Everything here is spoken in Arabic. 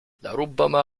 لربما